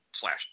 slash